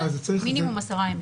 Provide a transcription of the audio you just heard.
מינימום עשרה ימים.